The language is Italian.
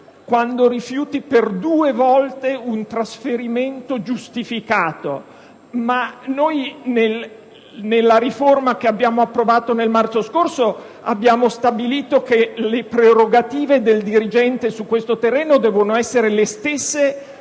quando rifiuti per due volte un trasferimento giustificato; nella riforma che abbiamo approvato nel marzo scorso, però, avevamo stabilito che le prerogative del dirigente su questo terreno dovessero essere le stesse